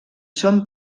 són